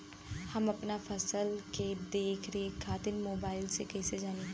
हम अपना फसल के देख रेख खातिर मोबाइल से कइसे जानी?